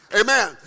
Amen